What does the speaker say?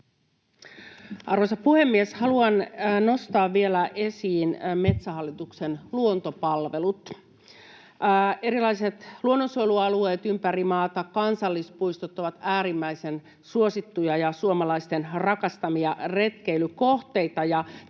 Arvoisa puhemies! Haluan nostaa vielä esiin Metsähallituksen luontopalvelut. Erilaiset luonnonsuojelualueet ympäri maata, kansallispuistot, ovat äärimmäisen suosittuja ja suomalaisten rakastamia retkeilykohteita.